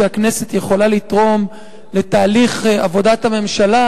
שהכנסת יכולה לתרום לתהליך עבודת הממשלה,